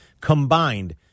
combined